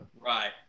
Right